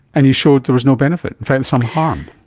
and you showed there was no benefit, in fact some harm.